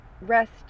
rest